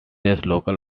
local